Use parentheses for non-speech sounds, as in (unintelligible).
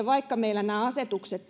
(unintelligible) vaikka meillä nämä asetukset (unintelligible)